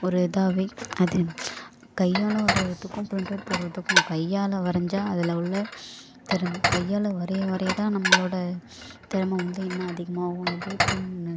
ஒரு இதாகவே அது கையால் வரைகிறத்துக்கும் ப்ரிண்டவுட் போடுறத்துக்கும் கையால் வரைஞ்சால் அதில் உள்ள திறமை கையால் வரைய வரையதான் நம்மளோட திறமை வந்து இன்னும் அதிகமாகும் இதே ப்ரிண்ட்னு